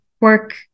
work